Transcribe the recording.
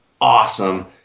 awesome